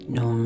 no